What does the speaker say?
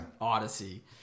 odyssey